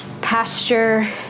pasture